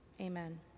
Amen